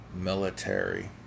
military